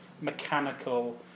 mechanical